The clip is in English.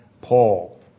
Paul